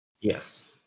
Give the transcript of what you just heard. Yes